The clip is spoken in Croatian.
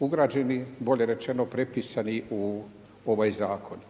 ugrađeni, bolje rečeno prepisani u ovaj zakon.